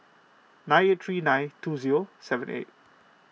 nine eight three nine two zero seven eight